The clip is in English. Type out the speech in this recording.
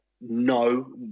no